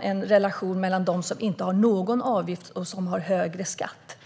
se en relation när det gäller de som inte har någon avgift och högre skatt.